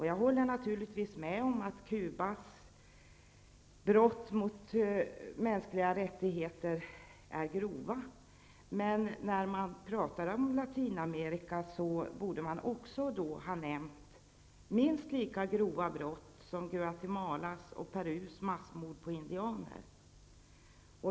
Jag håller naturligtvis med om att Cubas brott mot mänskliga rättigheter är grova, men när man talar om Latinamerika borde man också nämna minst lika grova brott såsom massmorden på indianer i Guatemala och i Peru.